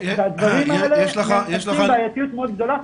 הדברים אלה מהווים בעייתיות מאוד גדולה.